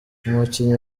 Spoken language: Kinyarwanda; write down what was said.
umukinnyi